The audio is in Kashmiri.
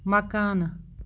مَکانہٕ